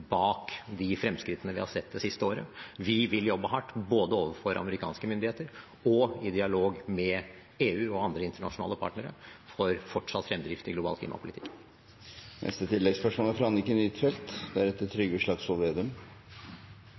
bak de fremskrittene vi har sett det siste året. Vi vil jobbe hardt både overfor amerikanske myndigheter og i dialog med EU og andre internasjonale partnere for fortsatt fremdrift i global klimapolitikk. Anniken Huitfeldt – til oppfølgingsspørsmål. Mitt oppfølgingsspørsmål går til utenriksministeren. Hareide er